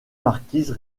marquises